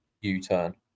U-turn